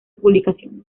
publicaciones